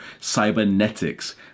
Cybernetics